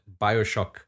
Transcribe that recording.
bioshock